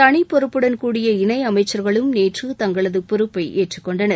தளிப்பொறுப்புடன் கூடிய இணை அமைச்சர்களும் நேற்று தங்களது பொறுப்பை ஏற்றுக் கொண்டனர்